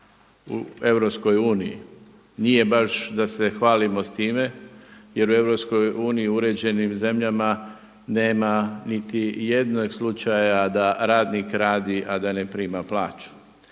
u EU. Nije baš da se hvalimo s time jer u EU i u uređenim zemljama nema niti jednog slučaja da radnik radi, a da ne prima plaću.